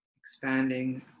Expanding